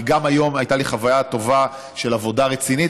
כי גם היום הייתה לי חוויה טובה של עבודה רצינית,